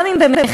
גם אם במכירה,